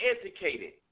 educated